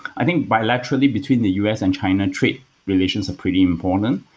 i think, bilaterally, between the u s. and china trade relations are pretty important.